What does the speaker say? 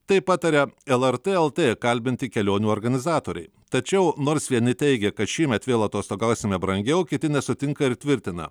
taip pataria lrt lt kalbinti kelionių organizatoriai tačiau nors vieni teigia kad šiemet vėl atostogausime brangiau kiti nesutinka ir tvirtina